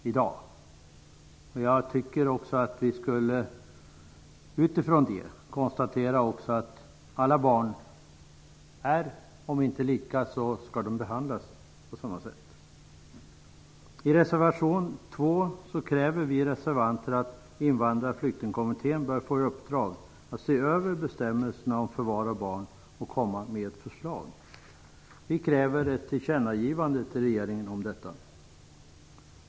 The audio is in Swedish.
Med tanke på det borde vi konstatera att alla barn skall behandlas på samma sätt. I reservation 2 säger vi reservanter att Invandraroch flyktingkommittén bör få i uppdrag att se över bestämmelserna om förvar av barn och komma med förslag. Vi kräver ett tillkännagivande till regeringen om detta.